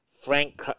Frank